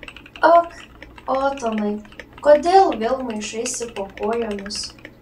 ak otonai kodėl vėl maišaisi po kojomis